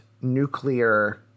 nuclear